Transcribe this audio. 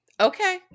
Okay